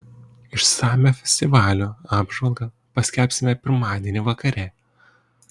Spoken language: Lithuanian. išsamią festivalio apžvalgą paskelbsime pirmadienį vakare